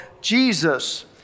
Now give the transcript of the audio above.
Jesus